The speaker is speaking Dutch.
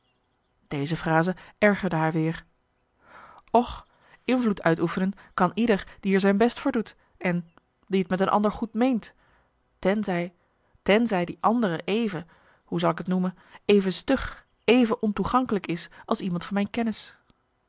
deze frase ergerde haar weer och invloed uitoefenen kan ieder die er zijn best voor doet en die t met een ander goed meent ten zij ten zij die andere even hoe zal ik t noemen even stug even ontoegankelijk is als iemand van mijn kennis